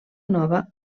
nova